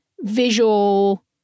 visual